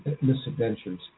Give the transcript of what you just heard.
misadventures